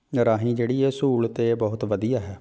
ਰਾਹੀਂ ਜਿਹੜੀ ਇਹ ਸਹੂਲਤ ਹੈ ਬਹੁਤ ਵਧੀਆ ਹੈ